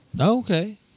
Okay